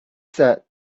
said